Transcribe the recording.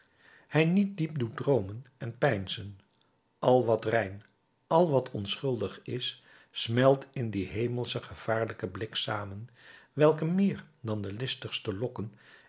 hij niet diep doet droomen en peinzen al wat rein al wat onschuldig is smelt in dien hemelschen gevaarlijken blik samen welke meer dan de listigste lonken